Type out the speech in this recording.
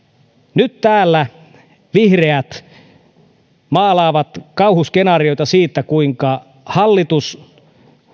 nyt täällä vihreät maalaavat kauhuskenaarioita siitä kuinka hallitus